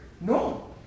No